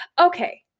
Okay